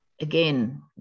Again